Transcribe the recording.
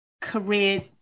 career